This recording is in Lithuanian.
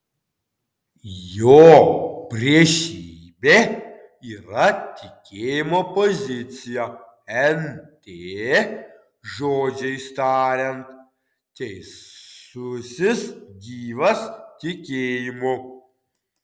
jo priešybė yra tikėjimo pozicija nt žodžiais tariant teisusis gyvas tikėjimu